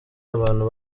abantu